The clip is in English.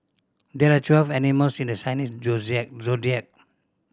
there are twelve animals in the Chinese Zodiac